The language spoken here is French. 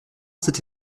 cette